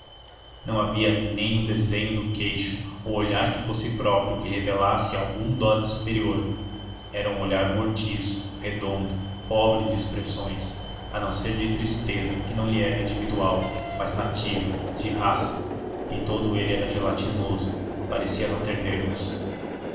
não havia nem o desenho do queixo ou olhar que fosse próprio que revelasse algum dote superior era um olhar mortiço redondo pobre de expressões a não ser de tristeza que não lhe era individual mas nativa de raça e todo ele era gelatinoso parecia não ter nervos